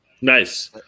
Nice